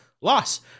loss